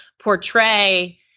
portray